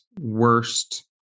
worst